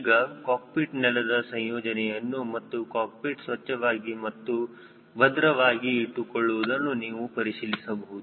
ಈಗ ಕಾಕ್ಪಿಟ್ ನೆಲದ ಸಂಯೋಜನೆಯನ್ನು ಮತ್ತು ಕಾಕ್ಪಿಟ್ ಸ್ವಚ್ಛವಾಗಿ ಹಾಗೂ ಭದ್ರವಾಗಿ ಇಟ್ಟುಕೊಳ್ಳುವುದನ್ನು ನೀವು ಪರಿಶೀಲಿಸಿಬಹುದು